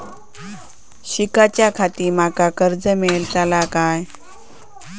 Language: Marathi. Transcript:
शिकाच्याखाती माका कर्ज मेलतळा काय?